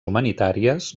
humanitàries